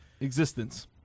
existence